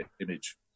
image